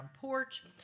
porch